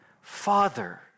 father